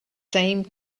same